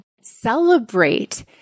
celebrate